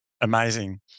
Amazing